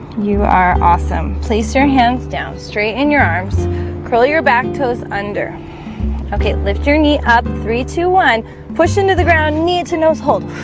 you are awesome place your hands down straighten your arms curl your back toes under okay, lift your knee up three two one push into the ground knee to nose hold